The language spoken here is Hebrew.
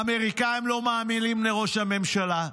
האמריקאים לא מאמינים לראש הממשלה,